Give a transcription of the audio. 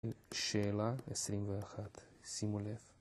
שאלה 21, שימו לב